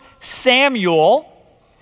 Samuel